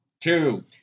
two